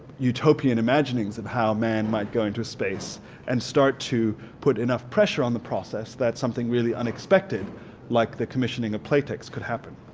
utopian imaginings of how man might go into space and start to put enough pressure on the process that something really unexpected like the commissioning of playtex could happen?